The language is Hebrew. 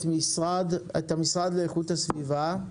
את המשרד לאיכות הסביבה.